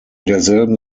derselben